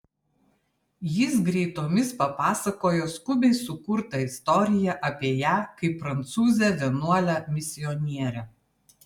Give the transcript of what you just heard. jis greitomis papasakojo skubiai sukurtą istoriją apie ją kaip prancūzę vienuolę misionierę